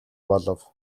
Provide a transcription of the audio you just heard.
болов